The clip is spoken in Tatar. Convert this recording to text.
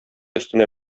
өстенә